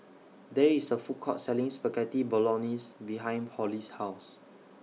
There IS A Food Court Selling Spaghetti Bolognese behind Holly's House